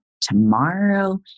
tomorrow